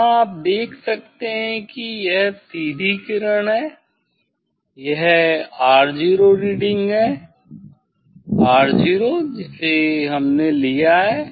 यहाँ आप देख सकते हैं कि यह सीधी किरण है यह R0 रीडिंग R0 जिसे हमने लिया है